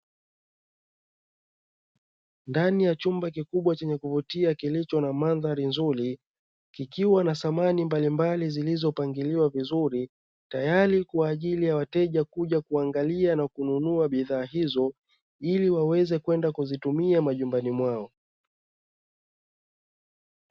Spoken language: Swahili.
Ndani ya chumba kikubwa chenye kuvutia kilicho na mandhari nzuri, kikiwa na samani mbalimbali zilizo pangiliwa vizuri, tayari kwa ajili ya wateja kuja kuangalia na kununua bidhaa hizo ili waweze kwenda kuzitumia majumbani mwao.